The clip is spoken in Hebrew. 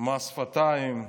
"מס שפתיים",